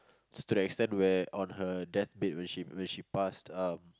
to the extent where on her deathbed when she when she passed um